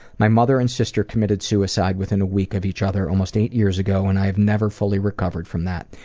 my mother and sister committed suicide within a week of each other almost eight years ago and i have never fully recovered from that.